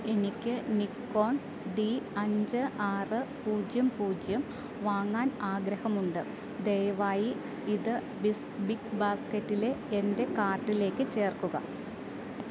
എനിക്ക് Nikon D അഞ്ച് ആറ് പൂജ്യം പൂജ്യം വാങ്ങാൻ ആഗ്രഹമുണ്ട് ദയവായി ഇത് ബിഗ് ബാസ്ക്കറ്റിലെ എന്റെ കാർട്ടിലേക്ക് ചേർക്കുക